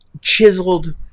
chiseled